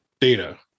data